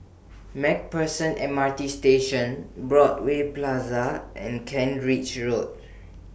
MacPherson M R T Station Broadway Plaza and Kent Ridge Road